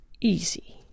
Easy